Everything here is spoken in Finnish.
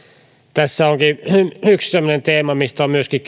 tässä yksi semmoinen teema mistä on myöskin